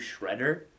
shredder